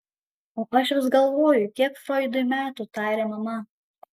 o aš vis galvoju kiek froidui metų tarė mama